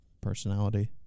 personality